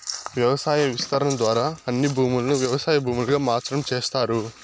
వ్యవసాయ విస్తరణ ద్వారా అన్ని భూములను వ్యవసాయ భూములుగా మార్సటం చేస్తారు